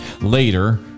Later